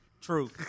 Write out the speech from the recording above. True